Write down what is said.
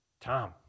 Tom